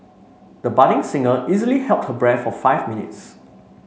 the budding singer easily held her breath for five minutes